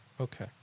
Okay